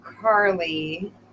Carly